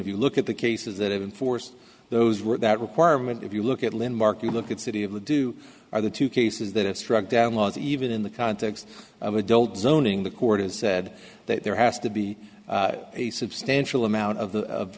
if you look at the cases that have been forced those were that requirement if you look at lynn mark you look at city of the do or the two cases that have struck down laws even in the context of adult zoning the court has said that there has to be a substantial amount of